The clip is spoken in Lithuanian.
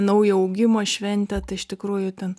naujo augimo šventę tai iš tikrųjų ten